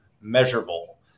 measurable